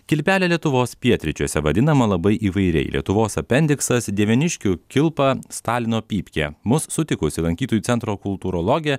kilpelė lietuvos pietryčiuose vadinama labai įvairiai lietuvos apendiksas dieveniškių kilpa stalino pypkė mus sutikusi lankytojų centro kultūrologė